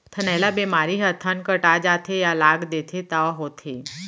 थनैला बेमारी ह थन कटा जाथे या लाग देथे तौ होथे